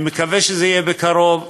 אני מקווה שזה יהיה בקרוב,